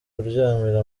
kuryamira